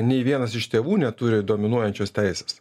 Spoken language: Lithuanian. nei vienas iš tėvų neturi dominuojančios teisės